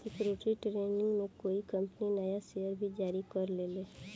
security training में कोई company नया शेयर भी जारी कर देले